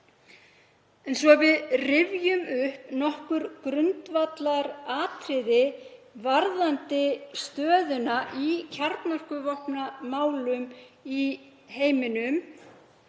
En svo að við rifjum upp nokkur grundvallaratriði varðandi stöðuna í kjarnorkuvopnamálum í heiminum